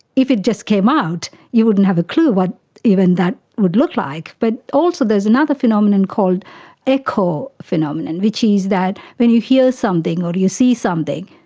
if it just came out you wouldn't have a clue what even that would look like. but also there's another phenomenon called echo phenomenon which is that when you hear something or you see something,